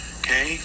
okay